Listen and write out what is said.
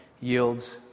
yields